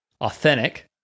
authentic